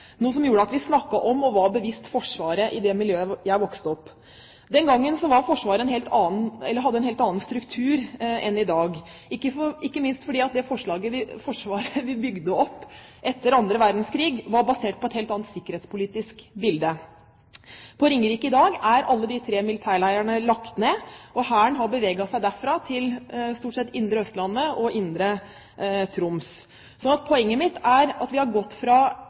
som gjorde at vi snakket om Forsvaret og var bevisst på det i det miljøet som jeg vokste opp i. Den gangen hadde Forsvaret en helt annen struktur enn i dag, ikke minst fordi det Forsvaret vi bygde opp etter annen verdenskrig, var basert på et helt annet sikkerhetspolitisk bilde. Alle de tre militærleirene på Ringerike er i dag lagt ned, og Hæren har beveget seg derfra til stort sett Indre Østlandet og Indre Troms. Poenget mitt er at vi har gått fra